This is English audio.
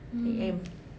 mm